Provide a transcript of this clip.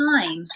time